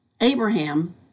Abraham